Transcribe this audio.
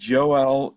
Joel